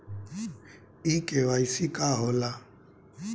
इ के.वाइ.सी का हो ला?